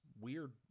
weird